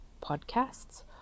podcasts